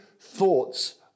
thoughts